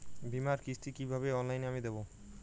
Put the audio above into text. বীমার কিস্তি কিভাবে অনলাইনে আমি দেবো?